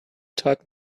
taught